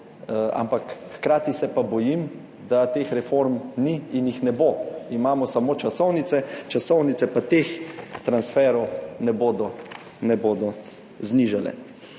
ampak hkrati se pa bojim, da teh reform ni in jih ne bo. Imamo samo časovnice, časovnice pa teh transferov ne bodo, ne